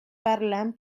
parlen